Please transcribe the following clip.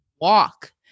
walk